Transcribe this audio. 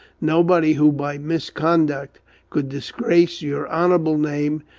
nobody who by misconduct could disgrace your honourable name,